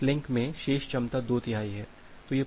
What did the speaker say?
तो इस लिंक में शेष क्षमता 2 तिहाई है